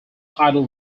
title